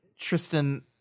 tristan